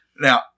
Now